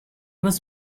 was